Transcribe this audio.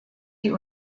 die